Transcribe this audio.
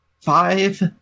five